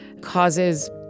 causes